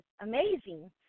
amazing